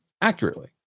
accurately